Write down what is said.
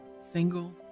single